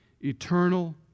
eternal